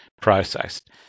processed